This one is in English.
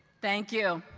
thank you.